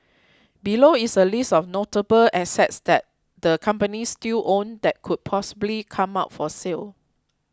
below is a list of notable assets that the companies still own that could possibly come up for sale